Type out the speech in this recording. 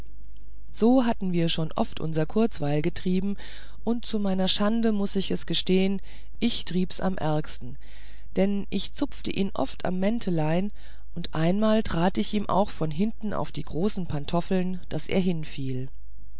so hatten wir schon oft unser kurzweil getrieben und zu meiner schande muß ich es gestehen ich trieb's am ärgsten denn ich zupfte ihn oft am mäntelein und einmal trat ich ihm auch von hinten auf die großen pantoffel daß er hinfiel